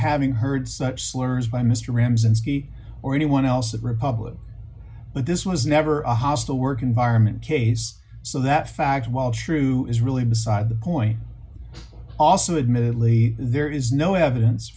having heard such slurs by mr ramzan ski or anyone else of republic but this was never a hostile work environment case so that fact while true is really beside the point also admit lee there is no evidence